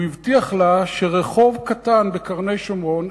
הוא הבטיח לה שרחוב קטן בקרני-שומרון,